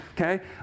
okay